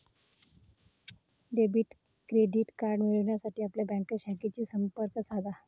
debit credit card मिळविण्यासाठी आपल्या bank शाखेशी संपर्क साधा